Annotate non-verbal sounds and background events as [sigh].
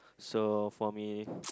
so for me [noise]